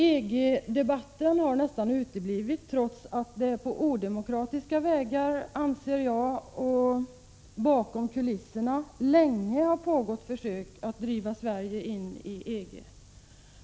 EG-debatten har nästan helt uteblivit, trots att det — enligt vad jag anser — på odemokratiska vägar och bakom kulisserna länge pågått försök att driva Sverige in i EG.